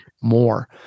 more